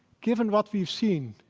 given what we've seen,